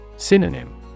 Synonym